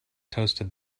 toasted